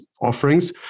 offerings